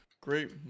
great